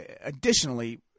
Additionally